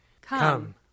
Come